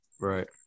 Right